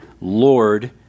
Lord